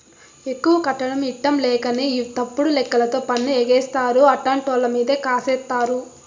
ఎక్కువ కట్టడం ఇట్టంలేకనే తప్పుడు లెక్కలతో పన్ను ఎగేస్తారు, అట్టాంటోళ్ళమీదే కేసేత్తారు